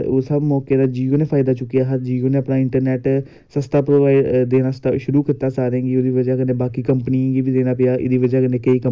ओह् जेह्ड़ा दुए त्रिए बंदे जेह्ड़े होंदे ना एह् पैसे खाई लैंदे नै मैं ओह् चाह्न्नां कि ओह् कम्म नेंई होऐ में यै चाह्न्नां कि गौरमैंट होर जादा जेह्ड़े फंड ऐ